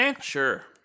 Sure